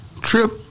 trip